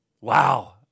Wow